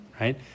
right